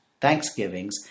thanksgivings